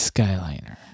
Skyliner